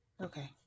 Okay